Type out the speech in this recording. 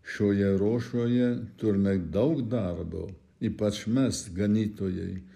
šioje ruošoje turime daug darbo ypač mes ganytojai